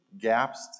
gaps